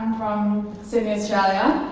um sydney, australia.